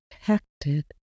protected